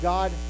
God